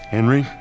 Henry